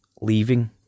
Leaving